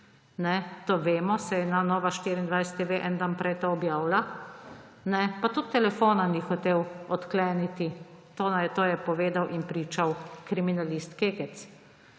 to vemo, saj je Nova24TV en dan prej to objavila − pa tudi telefona ni hotel odkleniti, to je povedal in pričal kriminalist Kekec.